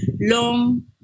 long